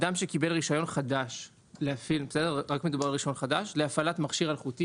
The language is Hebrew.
אדם שקיבל רישיון חדש להפעלת מכשיר אלחוטי